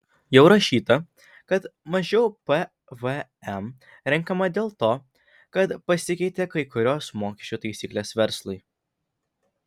jau rašyta kad mažiau pvm renkama dėl to kad pasikeitė kai kurios mokesčių taisyklės verslui